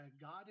god